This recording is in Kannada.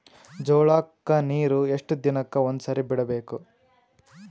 ಜೋಳ ಕ್ಕನೀರು ಎಷ್ಟ್ ದಿನಕ್ಕ ಒಂದ್ಸರಿ ಬಿಡಬೇಕು?